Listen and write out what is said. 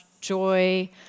joy